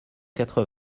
quatre